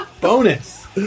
bonus